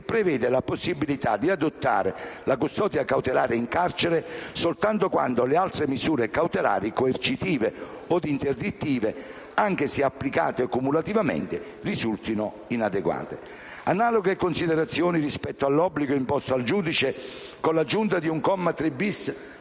prevede la possibilità di adottare la custodia cautelare in carcere soltanto quando le altre misure cautelari coercitive o interdittive, anche se applicate cumulativamente, risultino inadeguate. Analoghe considerazioni rispetto all'obbligo imposto al giudice, con l'aggiunta di un comma 3-*bis*